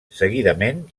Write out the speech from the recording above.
seguidament